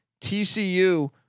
TCU